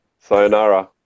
Sayonara